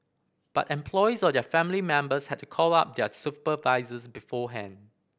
but employees or their family members had to call up their supervisors beforehand